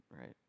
right